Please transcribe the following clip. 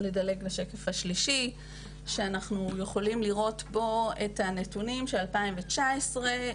כאן השקף השלישי שאנחנו יכולים לראות בו את הנתונים של 2019,